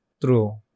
True